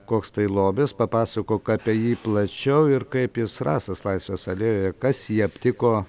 koks tai lobis papasakok apie jį plačiau ir kaip jis rastas laisvės alėjoje kas jį aptiko